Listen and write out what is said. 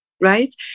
Right